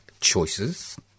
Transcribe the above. choices